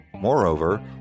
moreover